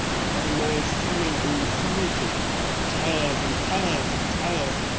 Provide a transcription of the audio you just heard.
but when there's summink inside you, wot tears and tears and tears,